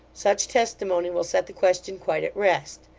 such testimony will set the question quite at rest.